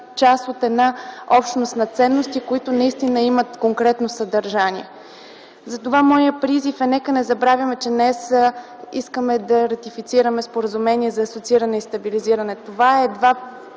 част от една общност на ценности, които наистина имат конкретно съдържание. Затова моят призив е: нека не забравяме, че днес искаме да ратифицираме споразумение за асоцииране и стабилизиране. Това е едва